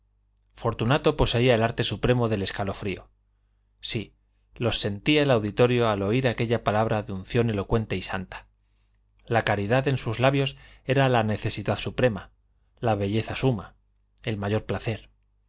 fortunato poseía el arte supremo del escalofrío sí los sentía el auditorio al oír aquella palabra de unción elocuente y santa la caridad en sus labios era la necesidad suprema la belleza suma el mayor placer